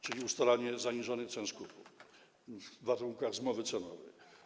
Chodzi o ustalanie zaniżonych cen skupu w warunkach zmowy cenowej.